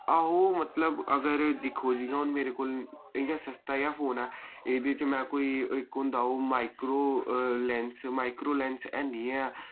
आहो मतलब अगर दिक्खो जि'यां हुन मेरे कोल इय्यां सस्ता देआ फोन ऐ एह्दे च मैं कोई इक होंदा ओह् माइक्रो लैंस माइक्रो लैंस हैनी ऐ